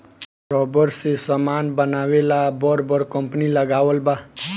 rubber से समान बनावे ला बर बर कंपनी लगावल बा